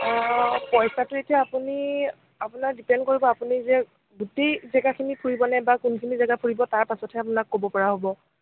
পইচাটো এতিয়া আপুনি আপোনাৰ ডিপেণ্ড কৰিব আপুনি যে গোটেই জেগাখিনি ফুৰিবলৈ বা কোনখিনি জেগা ফুৰিব তাৰপিছতহে আপোনাক ক'ব পৰা হ'ব